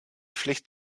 pflicht